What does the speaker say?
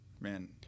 man –